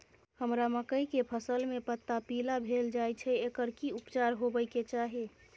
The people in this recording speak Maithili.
हमरा मकई के फसल में पता पीला भेल जाय छै एकर की उपचार होबय के चाही?